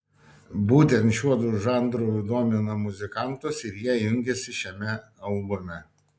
būtent šiuodu žanrai domina muzikantus ir jie jungiasi šiame albume